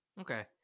okay